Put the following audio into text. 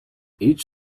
each